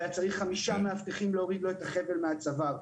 והיה צריך חמישה מאבטחים להוריד לו את החבל מהצוואר.